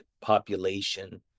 population